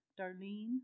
Darlene